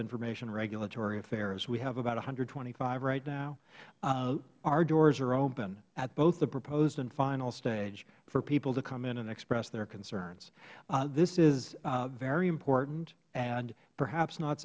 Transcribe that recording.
information and regulatory affairs we have about one hundred and twenty five right now our doors are open at both the proposed and final stage for people to come in and express their concerns this is very important and perhaps not